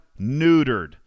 neutered